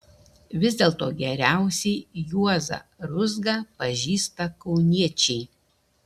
vis dėlto geriausiai juozą ruzgą pažįsta kauniečiai